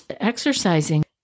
exercising